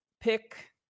pick